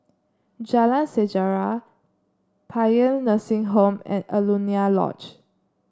Jalan Sejarah Paean Nursing Home and Alaunia Lodge